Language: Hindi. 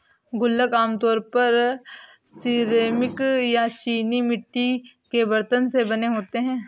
गुल्लक आमतौर पर सिरेमिक या चीनी मिट्टी के बरतन से बने होते हैं